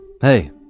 Hey